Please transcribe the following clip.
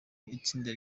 itsinda